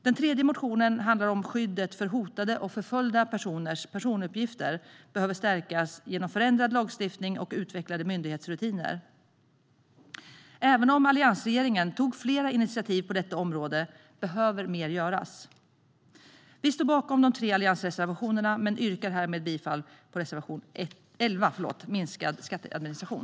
Den tredje motionen handlar om att skyddet för hotade och förföljda personers personuppgifter behöver stärkas genom förändrad lagstiftning och utvecklade myndighetsrutiner. Även om alliansregeringen tog flera initiativ på detta område behöver mer göras. Vi står bakom de tre alliansreservationerna men yrkar härmed bifall endast till reservation 11 om minskad skatteadministration.